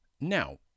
Now